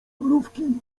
mrówki